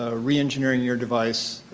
ah reengineering your device.